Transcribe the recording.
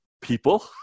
people